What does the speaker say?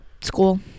school